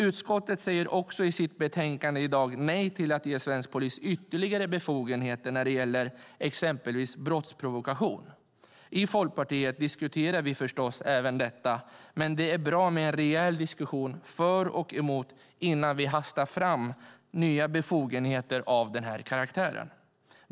Utskottet säger i sitt betänkande i dag nej till att ge svensk polis ytterligare befogenheter när det gäller exempelvis brottsprovokation. I Folkpartiet diskuterar vi förstås även detta, men det är bra med en rejäl diskussion för och emot innan vi hastar fram nya befogenheter av den här karaktären.